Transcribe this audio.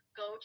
go